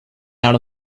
out